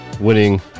Winning